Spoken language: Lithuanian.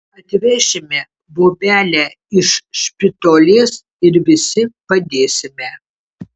atvešime bobelę iš špitolės ir visi padėsime